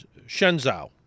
Shenzhou